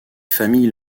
famille